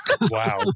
Wow